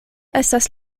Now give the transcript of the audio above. estas